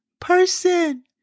person